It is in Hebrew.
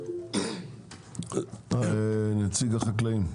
נציג החקלאים?